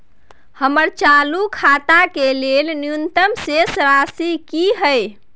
हमर चालू खाता के लेल न्यूनतम शेष राशि की हय?